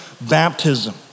baptism